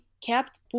kept